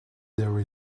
there